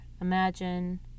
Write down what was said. Imagine